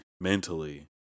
mentally